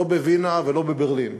לא בווינה ולא בברלין,